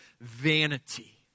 vanity